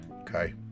okay